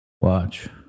Watch